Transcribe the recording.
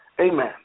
Amen